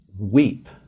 Weep